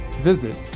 visit